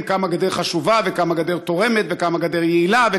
כמה גדר חשובה וכמה גדר תורמת וכמה גדר יעילה.